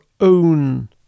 own